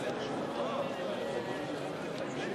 נראה לי ששכנעת אותם.